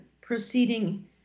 proceeding